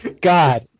God